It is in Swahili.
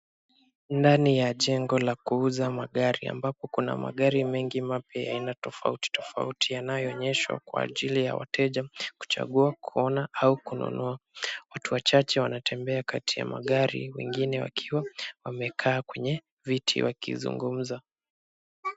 Ndani ya jengo la kuuza magari ambapo kuna magari mengi mapya ya aina tofauti tofauti. Yanayo onyeshwa kwa ajili ya wateja wanaochagua kuona au kununua. Watu wachache wanatembea kati kati ya magari, wengine wakiwa wamekaa kwenye viti wakizungumza.